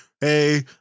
Hey